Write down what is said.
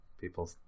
People